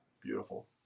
beautiful